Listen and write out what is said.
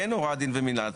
אין הוראת דין ומינהל.